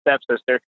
stepsister